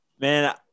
Man